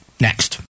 next